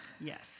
Yes